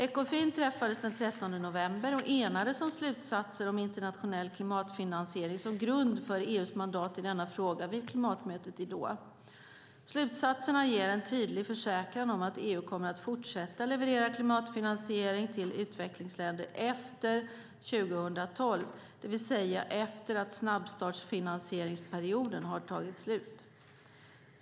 Ekofin träffades den 13 november och enades om slutsatser om internationell klimatfinansiering som grund för EU:s mandat i denna fråga vid klimatmötet i Doha. Slutsatserna ger en tydlig försäkran om att EU kommer att fortsätta leverera klimatfinansiering till utvecklingsländer efter 2012, det vill säga efter att snabbstartsfinansieringsperioden har tagit slut.